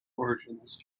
origins